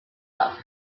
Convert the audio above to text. love